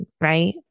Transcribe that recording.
right